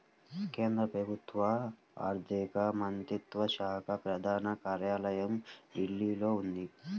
కేంద్ర ప్రభుత్వ ఆర్ధిక మంత్రిత్వ శాఖ ప్రధాన కార్యాలయం ఢిల్లీలో ఉంది